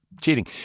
cheating